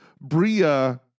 Bria